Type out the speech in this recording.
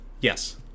Yes